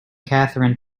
catherine